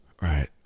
right